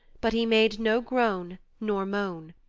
but he made no groan nor moan.